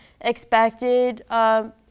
expected